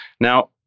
Now